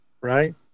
right